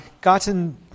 gotten